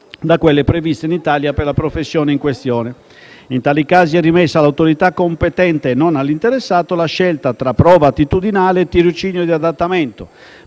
da quelle previste in Italia per la professione in questione. In tali casi, è rimessa all'autorità competente - e non all'interessato - la scelta tra prova attitudinale e tirocinio di adattamento,